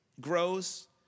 grows